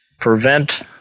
prevent